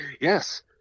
yes